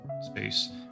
space